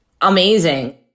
amazing